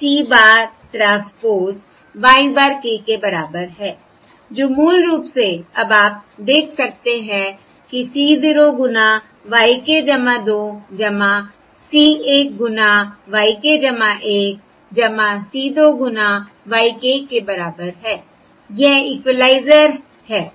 C bar transpose y bar k के बराबर है जो मूल रूप से अब आप देख सकते हैं कि C 0 गुना yk 2 C 1 गुना yk 1 C 2 गुना y k के बराबर है यह इक्विलाइजर है